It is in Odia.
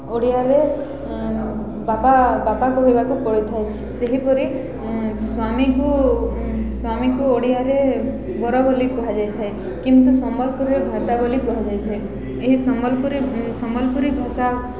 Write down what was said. ଓଡ଼ିଆରେ ବାପା ବାପା କହିବାକୁ ପଡ଼ିଥାଏ ସେହିପରି ସ୍ୱାମୀକୁ ସ୍ୱାମୀକୁ ଓଡ଼ିଆରେ ବର ବୋଲି କୁହାଯାଇଥାଏ କିନ୍ତୁ ସମ୍ବଲପୁରରେ ଘଇତା ବୋଲି କୁହାଯାଇଥାଏ ଏହି ସମ୍ବଲପୁରୀ ସମ୍ବଲପୁରୀ ଭାଷା